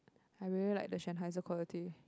I really like the Sennheiser quality